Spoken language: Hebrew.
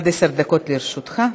אדוני, עד עשר דקות לרשותך.